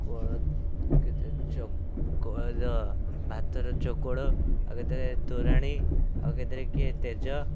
କୋଳ କେତେ ଚୋକର ଭାତର ଚୋକଡ଼ ଆଉ କେତେ ତୋରାଣି ଆଉ କେତେବେଳେ କିଏ ତେଜ